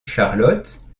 charlotte